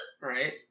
Right